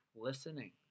listening